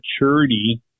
maturity